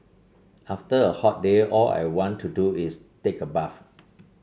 after a hot day all I want to do is take a bath